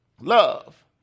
Love